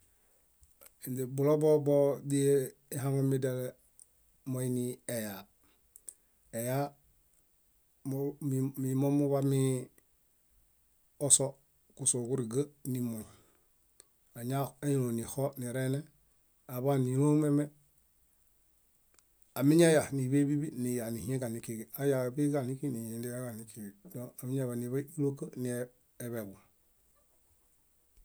Ínzebulobo boźihaŋumi diale moini eyaa. Eyaa mimomuḃami oso, kusoġuriga nimoñ añaéloom nixo nireene aḃaan nílomeme amiñayah níḃebiḃi niyah niɦien kiġaɭinkiġi amiñaḃeniḃai éloka ni eḃewã